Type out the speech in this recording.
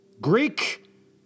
Greek